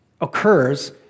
occurs